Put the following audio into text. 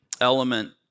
element